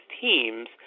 teams